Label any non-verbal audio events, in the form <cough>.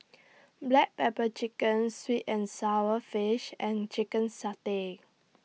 <noise> Black Pepper Chicken Sweet and Sour Fish and Chicken Satay